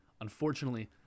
unfortunately